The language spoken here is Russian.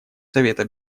совета